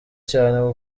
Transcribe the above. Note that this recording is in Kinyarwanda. cyane